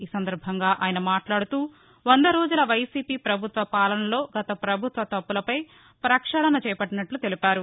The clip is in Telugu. ఈ సందర్భంగా మాట్లాడుతూవంద రోజుల వైసీపీ పభుత్వ పాలనలో గత పభుత్వ తప్పులపై పక్షాళన చేపట్టినట్లు తెలిపారు